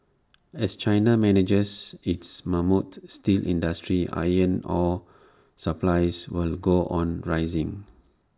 as China manages its mammoth steel industry iron ore supplies will go on rising